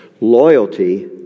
Loyalty